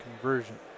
conversion